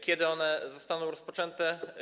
Kiedy one zostaną rozpoczęte?